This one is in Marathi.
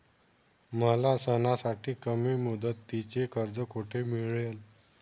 मला सणासाठी कमी मुदतीचे कर्ज कोठे मिळेल?